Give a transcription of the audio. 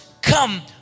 come